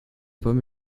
pommes